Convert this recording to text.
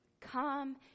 Come